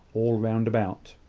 all round about.